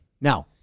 now